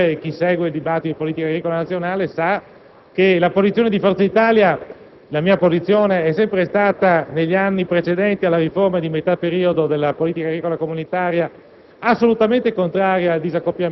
Chi mi conosce e segue il dibattito di politica agricola nazionale sa che la mia posizione e quella di Forza Italia è sempre stata, negli anni precedenti alla riforma di metà periodo della politica agricola comunitaria,